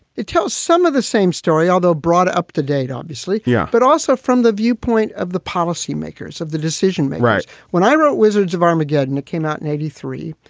it tells some of the same story although brought up to date obviously. yeah. but also from the viewpoint of the policymakers of the decision. right. when i wrote wizards of armageddon, it came out in eighty three.